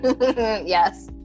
yes